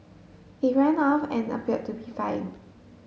it ran off and appeared to be fining